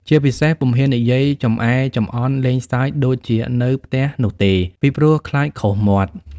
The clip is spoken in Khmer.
ជាពិសេស ពុំហ៊ាននិយាយចំអែចំអន់លេងសើចដូចជានៅផ្ទះនោះទេ ពីព្រោះខ្លាចខុសមាត់។